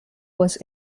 was